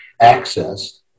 access